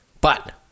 but-